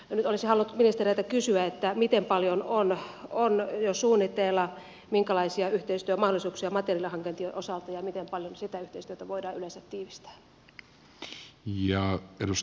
nyt olisin halunnut ministereiltä kysyä miten paljon on jo suunnitteilla minkälaisia yhteistyömahdollisuuksia on materiaalihankintojen osalta ja miten paljon sitä yhteistyötä voidaan yleensä tiivistää